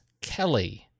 Kelly